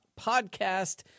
podcast